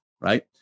right